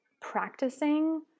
practicing